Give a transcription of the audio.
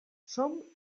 som